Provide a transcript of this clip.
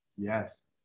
yes